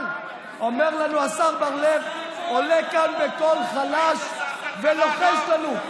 אבל אומר לנו השר בר לב, עולה לכאן ולוחש לנו,